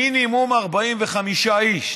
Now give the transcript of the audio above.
מינימום 45 איש,